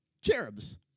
cherubs